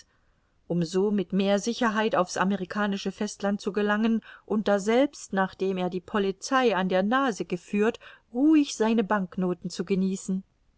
um so mit mehr sicherheit auf's amerikanische festland zu gelangen und daselbst nachdem er die polizei an der nase geführt ruhig seine banknoten zu genießen